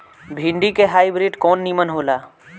भिन्डी के हाइब्रिड कवन नीमन हो ला?